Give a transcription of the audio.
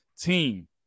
team